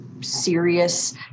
serious